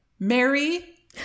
Mary